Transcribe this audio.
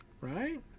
right